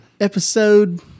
episode